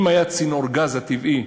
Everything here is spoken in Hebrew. אם צינור הגז הטבעי,